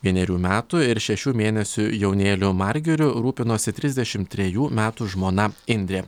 vienerių metų ir šešių mėnesių jaunėliu margiriu rūpinosi trisdešimt trejų metų žmona indrė